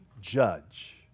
judge